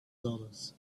dollars